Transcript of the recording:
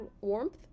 warmth